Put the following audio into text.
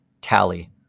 tally